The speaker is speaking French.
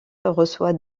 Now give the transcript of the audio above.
reçoit